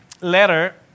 letter